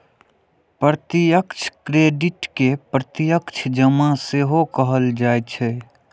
प्रत्यक्ष क्रेडिट कें प्रत्यक्ष जमा सेहो कहल जाइ छै